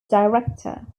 director